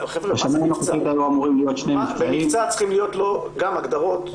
למבצע צריכות להיות הגדרות.